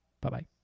Bye-bye